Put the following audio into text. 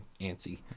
antsy